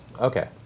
okay